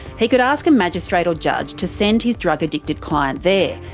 he could ask a magistrate or judge to send his drug-addicted client there,